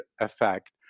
Effect